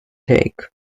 take